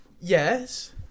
Yes